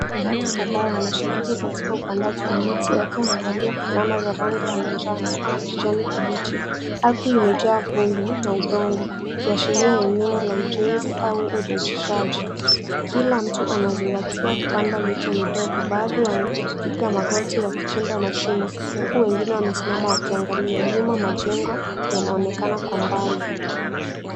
Watu kadhaa wanashiriki katika upandaji wa miti wakiwa wamevalia fulana za rangi ya manjano au kijani kibichi. Ardhi imejaa vumbi na udongo, ikiashiria eneo la ujenzi au urejeshaji. Kila mtu anazingatia kupanda miti midogo, baadhi wamepiga magoti wakichimba mashimo huku wengine wamesimama wakiangalia. Nyuma majengo yanaonekana kwa mbali.